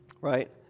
right